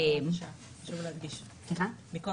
מכוח